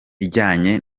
ijyanye